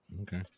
Okay